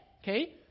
okay